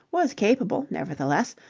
was capable, nevertheless,